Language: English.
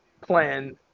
plan